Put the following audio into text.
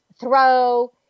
throw